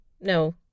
No